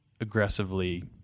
aggressively